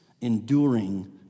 enduring